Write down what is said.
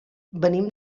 venim